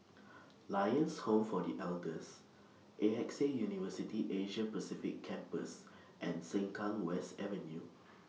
Lions Home For The Elders A X A University Asia Pacific Campus and Sengkang West Avenue